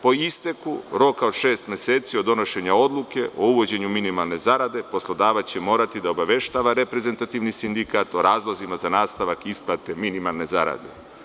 Po isteku roka od šest meseci od donošenja odluke o uvođenju minimalne zarade poslodavac će morati da obaveštava reprezentativni sindikat o razlozima za nastavak isplate minimalne zarade.